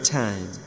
time